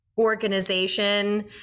organization